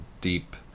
deep